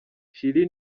chili